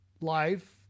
life